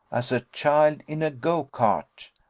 as a child in a go-cart.